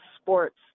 sports